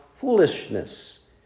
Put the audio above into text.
foolishness